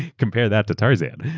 compare that to tarzan.